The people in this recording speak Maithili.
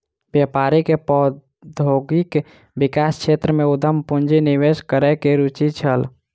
व्यापारी के प्रौद्योगिकी विकास क्षेत्र में उद्यम पूंजी निवेश करै में रूचि छल